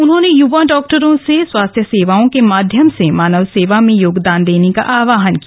उन्होंने युवा डॉक्टरों से स्वास्थ्य सेवाओं के माध्यम से मानव सेवा में योगदान देने का आह्वान किया